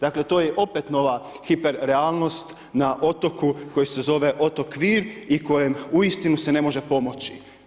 Dakle, to je opet nova hiperrealnost na otoku koji se zove otok Vir i kojem uistinu se ne može pomoći.